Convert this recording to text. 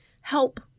help